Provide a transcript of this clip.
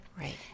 Right